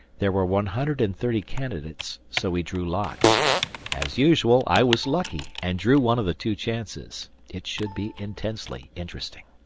there were one hundred and thirty candidates, so we drew lots as usual i was lucky and drew one of the two chances. it should be intensely interesting.